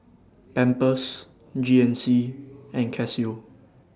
Pampers G N C and Casio